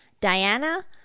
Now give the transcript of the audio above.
Diana